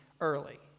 early